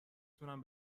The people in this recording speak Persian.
تونم